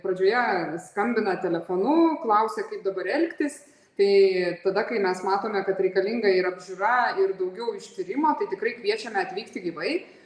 pradžioje skambina telefonu klausia kaip dabar elgtis tai tada kai mes matome kad reikalinga ir apžiūra ir daugiau ištyrimo tai tikrai kviečiame atvykti gyvai